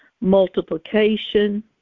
Multiplication